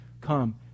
come